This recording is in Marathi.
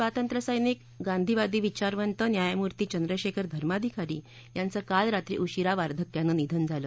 स्वातंत्र्यसैनिक गांधीवादी विचारवंत न्यायमूर्ती चंद्रशेखर धर्माधिकारी यांचं काल रात्री उशीरा वार्धक्यानं निधन झालं